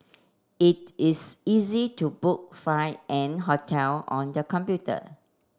it is easy to book flight and hotel on the computer